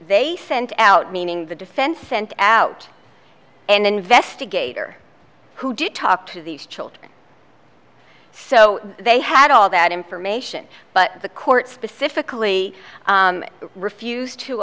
they sent out meaning the defense sent out an investigator who did talk to these children so they had all that information but the court specifically refused to